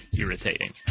irritating